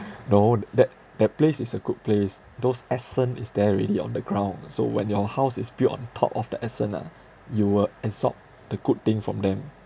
no th~ that that place is a good place those essence is there already on the ground so when your house is built on top of the essence ah you will absorb the good thing from them